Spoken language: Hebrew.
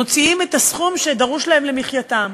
מוציאים את הסכום שדרוש להם למחייתם.